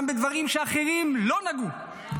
וגם בדברים שאחרים לא נגעו.